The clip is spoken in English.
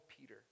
Peter